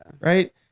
Right